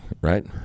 right